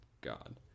God